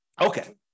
Okay